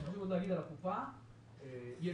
אנחנו סבורים שבשני האפיקים האלה תהיה רמת